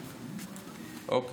אוקיי.